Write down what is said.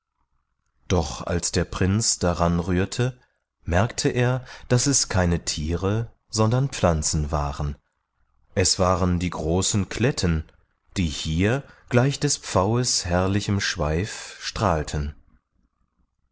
doch als der prinz daran rührte merkte er daß es keine tiere sondern pflanzen waren es waren die großen kletten die hier gleich des pfaues herrlichem schweif strahlten